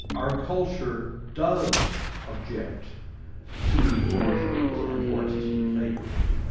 our culture does object to forgeries and to artistic fakery.